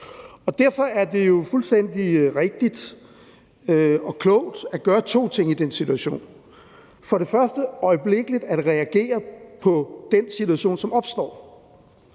Derfor er det jo fuldstændig rigtigt og klogt at gøre to ting i den situation: Først øjeblikkeligt at reagere på den situation, som opstår.